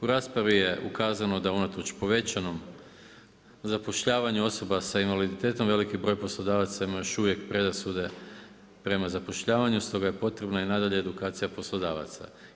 U raspravi je ukazano da unatoč povećanom zapošljavanju osoba s invaliditetom veliki broj poslodavaca ima još uvijek predrasude prema zapošljavanju, stoga je potrebno i nadalje edukacija poslodavaca.